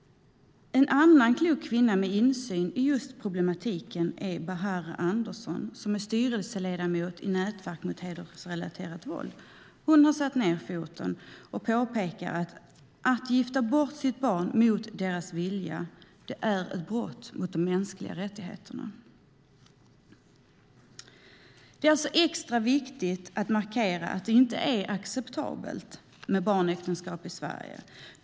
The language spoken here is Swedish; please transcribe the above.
En annan klok kvinna med insikt i just problematiken är Bahareh Andersson som är styrelseledamot i Nätverk mot hedersrelaterat våld. Hon har satt ned foten och påpekat att det är ett brott mot de mänskliga rättigheterna att gifta bort sitt barn mot barnets vilja. Det är alltså extra viktigt att markera att det inte är acceptabelt med barnäktenskap i Sverige.